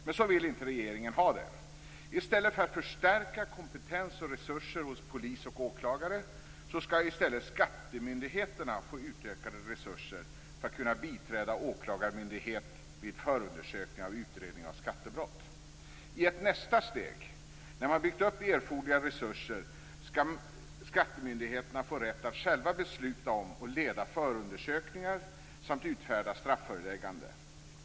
Men så vill regeringen inte ha det. I stället för att förstärka kompetens och resurser hos polis och åklagare skall skattemyndigheterna få utökade resurser för att kunna biträda åklagarmyndighet vid förundersökning av utredning av skattebrott. I ett nästa steg, när man har byggt upp erforderliga resurser, skall skattemyndigheterna få rätt att själva besluta om och leda förundersökningar samt utfärda strafföreläggande.